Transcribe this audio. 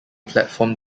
platform